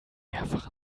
mehrfach